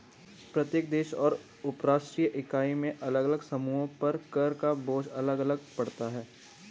प्रत्येक देश और उपराष्ट्रीय इकाई में अलग अलग समूहों पर कर का बोझ अलग अलग पड़ता है